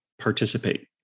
participate